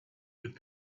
with